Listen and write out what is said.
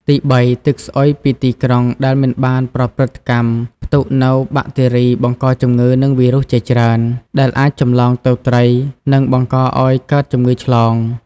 ទីបី ទឹកស្អុយពីទីក្រុងដែលមិនបានប្រព្រឹត្តកម្ម ផ្ទុកនូវបាក់តេរីបង្កជំងឺ និងវីរុសជាច្រើន ដែលអាចចម្លងទៅត្រី និងបង្កឱ្យកើតជំងឺឆ្លង។